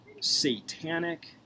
satanic